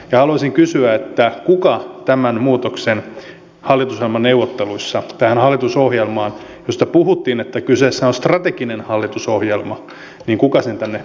haluaisin kysyä kuka tämän muutoksen hallitusohjelmaneuvotteluissa vaati tähän hallitusohjelmaan josta puhuttiin että kyseessä on strateginen hallitusohjelma